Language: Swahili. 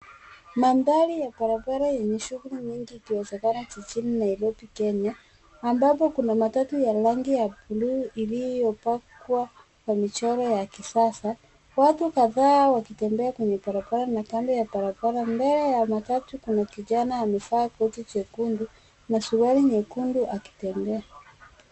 Mandhari ya barabara yenye shughuli nyingi ikiwezekana jijini Nairobi Kenya ambapo kuna matatu ya rangi ya bluu iliyo pakwa kwa michoro ya kisasa. Watu kadhaa wakitembea kwenye barabara na kando ya barabara mbele ya matatu kuna kijana amevaa koti jekundu na suruali nyekundu akitembea.